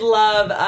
love